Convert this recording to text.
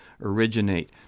originate